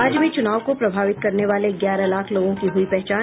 राज्य में चुनाव को प्रभावित करने वाले ग्यारह लाख लोगों की हुयी पहचान